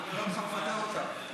אז תפטר,